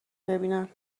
ببینن